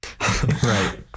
Right